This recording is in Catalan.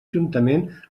juntament